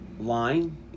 line